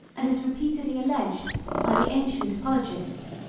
and is repeatedly alleged by the ancient apoligists,